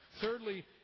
Thirdly